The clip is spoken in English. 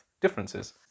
differences